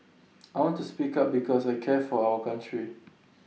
I want to speak up because I care for our country